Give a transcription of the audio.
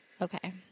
okay